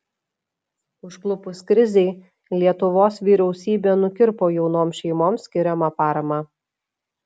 užklupus krizei lietuvos vyriausybė nukirpo jaunoms šeimoms skiriamą paramą